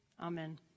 Amen